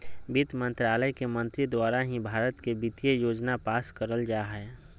वित्त मन्त्रालय के मंत्री द्वारा ही भारत के वित्तीय योजना पास करल जा हय